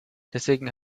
deswegen